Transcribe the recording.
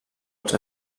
els